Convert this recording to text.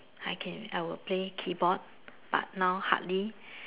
I can I'll play keyboard but now hardly